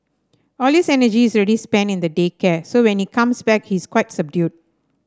all his energy is already spent in the day care so when he comes back he is quite subdued